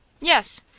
Yes